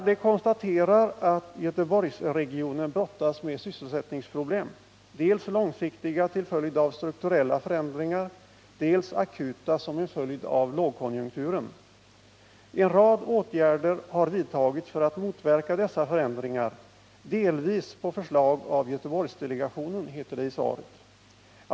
Där konstateras att Göteborgsregionen brottas med sysselsättningsproblem, dels långsiktiga till följd av strukturella förändringar, dels akuta som en följd av lågkonjunkturen. En rad åtgärder har vidtagits för att motverka dessa förändringar, delvis på förslag av Göteborgsdelegationen, heter det.